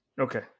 Okay